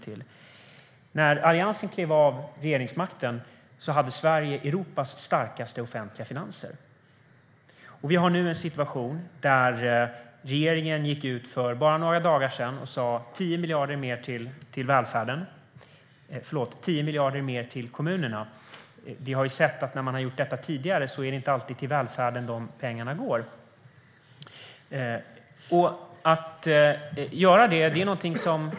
När Alliansen klev av regeringsmakten hade Sverige Europas starkaste offentliga finanser. Nu gick regeringen ut för några dagar sedan och sa att det skulle ges 10 miljarder mer till kommunerna. Vi har sett att när detta har skett tidigare är det inte alltid till välfärden pengarna går.